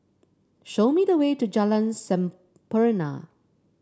show me the way to Jalan Sampurna